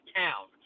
town